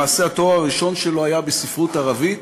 למעשה, התואר הראשון שלו היה בספרות ערבית,